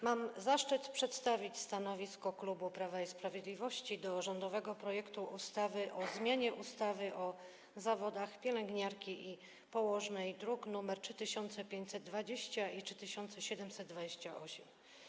Mam zaszczyt przedstawić stanowisko klubu Prawo i Sprawiedliwość w sprawie rządowego projektu ustawy o zmianie ustawy o zawodach pielęgniarki i położnej, druki nr 3520 i 3728.